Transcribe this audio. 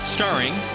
Starring